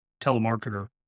telemarketer